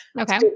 Okay